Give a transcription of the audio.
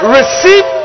Receive